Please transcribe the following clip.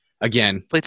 again